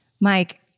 Mike